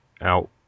out